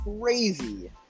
crazy